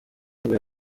nibwo